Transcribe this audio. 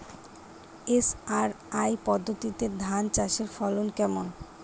SRI পদ্ধতিতে ধান চাষের ফলন কেমন?